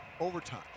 overtime